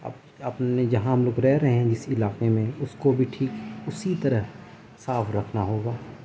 اپ اپنے جہاں ہم لوگ رہ رہے ہیں جس علاقے میں اس کو بھی ٹھیک اسی طرح صاف رکھنا ہوگا